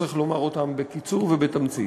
צריך לומר אותם בקיצור ובתמצית.